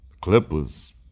Clippers